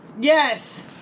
Yes